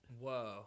whoa